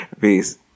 Peace